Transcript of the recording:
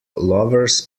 lover’s